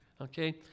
okay